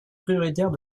prioritaires